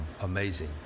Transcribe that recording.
amazing